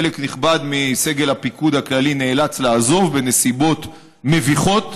חלק נכבד מסגל הפיקוד הכללי נאלץ לעזוב בנסיבות מביכות,